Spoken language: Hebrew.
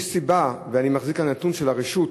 יש סיבה, ואני מחזיק כאן נתון של הרשות,